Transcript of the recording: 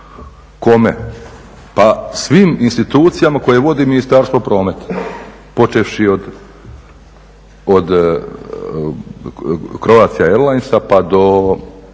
Kome? Pa svim institucijama koje vodi Ministarstvo prometa. Počevši od Croatia airlinesa pa do